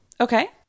Okay